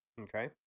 Okay